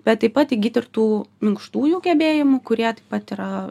bet taip pat įgyti ir tų minkštųjų gebėjimų kurie taip pat yra